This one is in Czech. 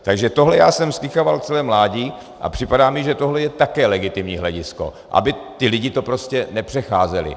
Takže tohle já jsem slýchával celé mládí a připadá mi, že tohle je také legitimní hledisko, aby ti lidé to prostě nepřecházeli.